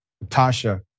Natasha